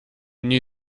new